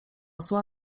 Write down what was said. zła